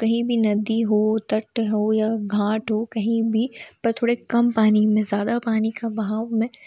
कहीं भी नदी हो तट हो या घाट हो कहीं भी पर थोड़े कम पानी में ज़्यादा पानी का बहाव में